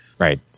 Right